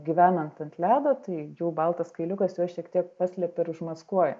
gyvenant ant ledo tai jų baltas kailiukas juos šiek tiek paslepia ir užmaskuoja